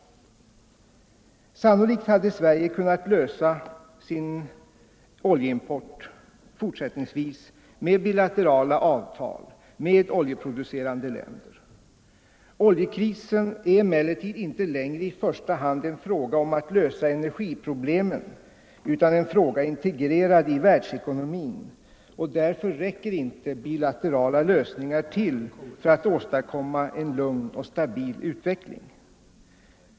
Sannolikt hade Sverige kunnat säkra sin oljeimport fortsättningsvis med bilaterala avtal med oljeproducerande länder. Oljekrisen är emellertid inte längre i första hand en fråga om att lösa energiproblemen utan en fråga integrerad i världsekonomin, och därför räcker inte bilaterala lösningar till för att åstadkomma en lugn och stabil utveckling.